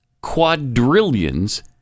quadrillions